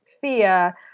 fear